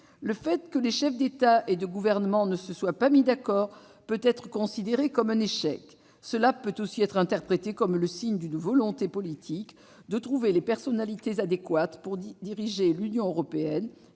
Le fait que les chefs d'État et de gouvernement ne se soient pas mis d'accord peut être considéré comme un échec. Cela peut aussi être interprété comme le signe d'une volonté politique de trouver les personnalités adéquates pour diriger l'Union européenne,